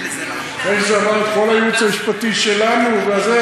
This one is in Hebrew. אם זה עבר את כל הייעוץ המשפטי שלנו וזה,